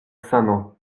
sano